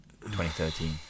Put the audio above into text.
2013